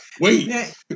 Wait